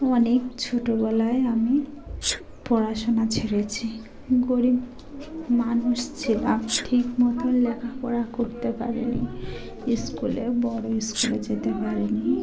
অনেক ছোটোবেলায় আমি পড়াশোনা ছেড়েছি গরিব মানুষ ছিলাম ঠিকমতো লেখাপড়া করতে পারিনি স্কুলে বড়ো স্কুলে যেতে পারিনি